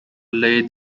laid